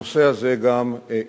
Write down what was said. הנושא הזה גם ייפתר.